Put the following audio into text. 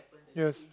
yes